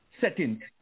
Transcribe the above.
setting